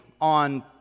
on